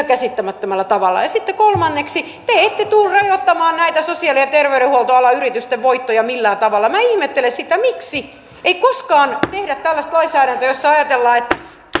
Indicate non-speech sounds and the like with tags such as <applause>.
<unintelligible> käsittämättömällä tavalla sitten kolmanneksi te ette tule rajoittamaan näitä sosiaali ja terveydenhuoltoalan yritysten voittoja millään tavalla minä ihmettelen miksi ei koskaan pidä tehdä tällaista lainsäädäntöä jossa ajatellaan että